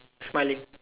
smiling